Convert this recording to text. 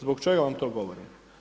Zbog čega vam to govorim?